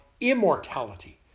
immortality